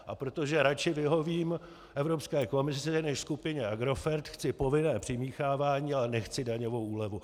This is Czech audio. A protože radši vyhovím Evropské komisi než skupině Agrofert, chci povinné přimíchávání, ale nechci daňovou úlevu.